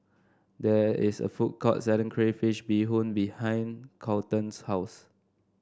there is a food court selling Crayfish Beehoon behind Kolton's house